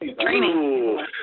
Training